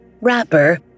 rapper